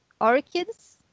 orchids